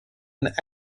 and